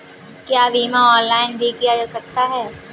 क्या बीमा ऑनलाइन भी किया जा सकता है?